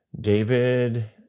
David